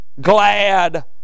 glad